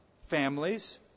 families